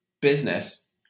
business